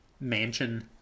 mansion